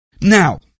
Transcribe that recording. Now